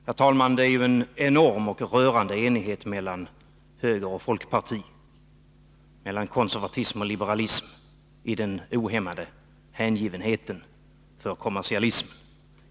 Nr 23 Herr talman! Det är en enorm och rörande enighet mellan högern och folkpartiet, mellan konservatismen och liberalismen, i den ohämmade hängivenheten inför kommersialismen.